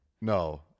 no